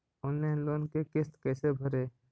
Online loan के किस्त कैसे भरे?